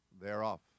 thereof